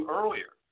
earlier